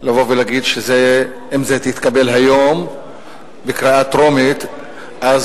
לבוא ולהגיד שאם זה יתקבל היום בקריאה טרומית כל